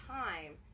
time